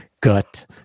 gut